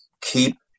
keep